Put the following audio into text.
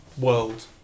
world